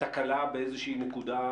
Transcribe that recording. תקלה באיזושהי נקודה,